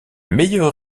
meilleurs